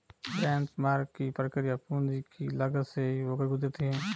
benchmark की प्रक्रिया पूंजी की लागत से ही होकर गुजरती है